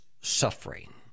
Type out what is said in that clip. suffering